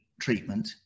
treatment